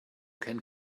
can